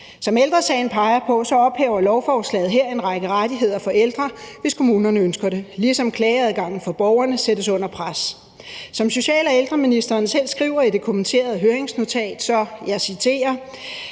Som Ældre Sagen peger på, ophæver lovforslaget en række rettigheder for ældre, hvis kommunerne ønsker det, ligesom klageadgangen for borgerne sættes under pres. Som social- og ældreministeren selv skriver i det kommenterede høringsnotat: »Den retlige